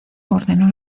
ordenó